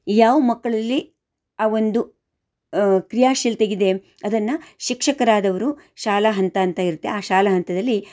ಯಾವ ಮಕ್ಕಳಲ್ಲಿ ಆ ಒಂದು ಕ್ರಿಯಾಶೀಲ್ತೆಯಿದೆ ಅದನ್ನು ಶಿಕ್ಷಕರಾದವರು ಶಾಲಾ ಹಂತ ಹಂತ ಇರುತ್ತೆ ಆ ಶಾಲಾ ಹಂತದಲ್ಲಿ